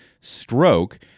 stroke